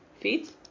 feet